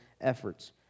efforts